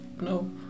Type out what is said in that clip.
no